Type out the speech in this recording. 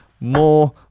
more